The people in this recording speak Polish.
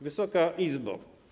Wysoka Izbo!